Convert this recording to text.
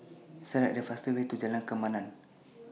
Select The fast Way to Jalan Kemaman